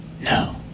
No